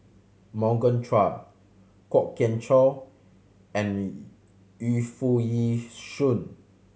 Morgan Chua Kwok Kian Chow and Yu Foo Yee Shoon